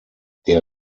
der